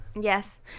Yes